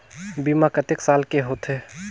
बीमा कतेक साल के होथे?